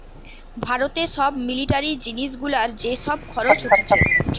ভারতে সব মিলিটারি জিনিস গুলার যে সব খরচ হতিছে